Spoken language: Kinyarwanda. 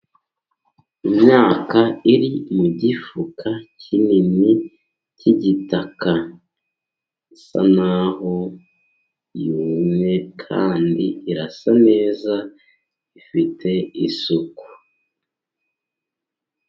Imyaka iri mu mugifuka kinini cy'igitaka. Isa n'aho yumye kandi irasa neza. Ifite isuku.